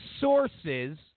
sources